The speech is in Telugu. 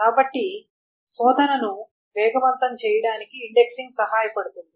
కాబట్టి శోధనను వేగవంతం చేయడానికి ఇండెక్సింగ్ సహాయపడు తుంది